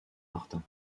martin